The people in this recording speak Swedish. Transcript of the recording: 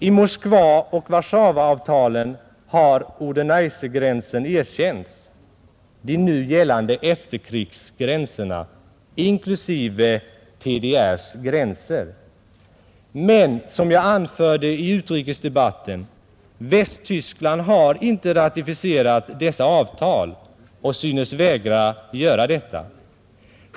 I Moskvaoch Warszawaavtalen har Oder—Neisse-gränsen erkänts — de nu gällande efterkrigsgränserna — inklusive TDR:s gränser. Men — som jag anförde i utrikesdebatten — Västtyskland har inte ratificerat dessa avtal och synes vägra göra detta.